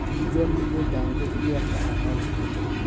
দুজন মিলে ব্যাঙ্কে যদি একটা একাউন্ট খুলে